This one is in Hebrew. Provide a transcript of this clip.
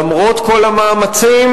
למרות כל המאמצים,